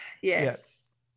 Yes